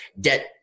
debt